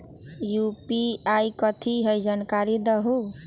UPI कथी है? जानकारी दहु